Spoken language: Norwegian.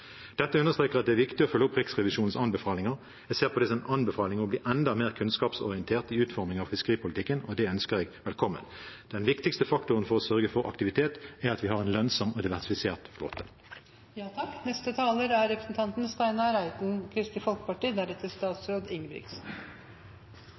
Dette understreker at det er viktig å følge opp Riksrevisjonens anbefalinger. Jeg ser på dem som en anbefaling om å bli enda mer kunnskapsorientert i utformingen av fiskeripolitikken, og det ønsker jeg velkommen. Den viktigste faktoren for å sørge for aktivitet er at vi har en lønnsom og diversifisert flåte. Riksrevisjonsrapporten om kvotesystemet er